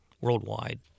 worldwide